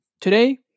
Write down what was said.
Today